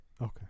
Okay